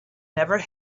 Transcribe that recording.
never